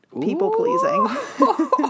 people-pleasing